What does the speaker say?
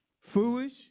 foolish